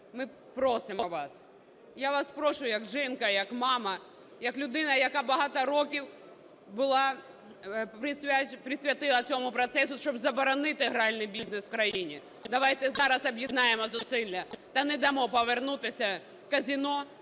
Ми просимо вас, я вас прошу як жінка, як мама, як людина, яка багато років присвятила цьому процесу, щоб заборонити гральний бізнес у країні. Давайте зараз об'єднаємо зусилля та не дамо повернутися казино